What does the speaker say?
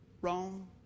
Wrong